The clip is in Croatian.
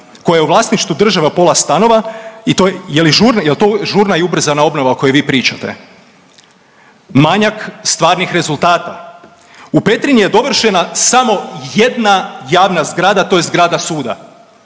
koja je u vlasništvu države pola stanova? I to, jel to žurna i ubrzana obnova o kojoj vi pričate? Manjak stvarnih rezultata. U Petrinji je dovršena samo jedna javna zgrada, a to je zgrada suda.